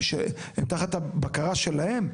הם תחת הבקרה שלהם.